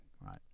right